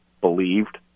believed